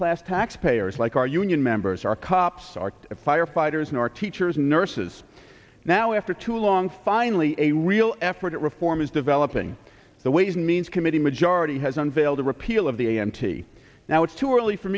class taxpayers like our union members are cops our firefighters and our teachers nurses now after too long finally a real effort at reform is developing the ways and means committee majority has unveiled a repeal of the a m t now it's too early for